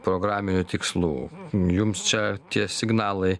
programinių tikslų jums čia tie signalai